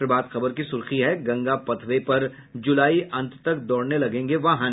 प्रभात खबर की सुर्खी है गंगा पथ वे पर जुलाई अंत तक दौड़ने लगेंगे वाहन